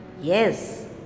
Yes